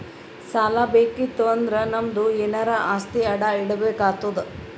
ಸಾಲಾ ಬೇಕಿತ್ತು ಅಂದುರ್ ನಮ್ದು ಎನಾರೇ ಆಸ್ತಿ ಅಡಾ ಇಡ್ಬೇಕ್ ಆತ್ತುದ್